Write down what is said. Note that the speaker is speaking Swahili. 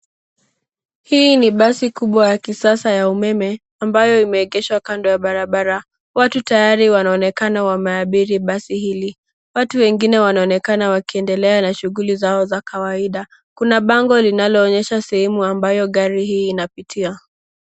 Hii ni basi kubwa ya kisasa ya umeme, ambayo imeegeshwa kando ya barabara. Watu tayari wanaonekana wameabiri basi hili. Watu wengine wanaonekana wakiendelea na shuguli zao za kawaida. Kuna bango linaloonyesha sehemu ambayo gari hii inapitia.